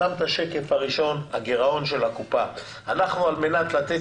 שם את השקף הראשון שמראה את הגירעון של הקופה.